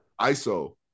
Iso